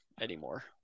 anymore